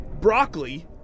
broccoli